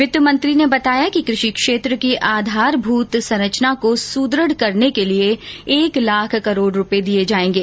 वित्त मंत्री ने बताया कि कृषि क्षेत्र की आधारभूत संरचना को सुदृढ करने के लिए एक लाख करोड़ रूपए दिए जाएंगे